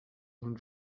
nun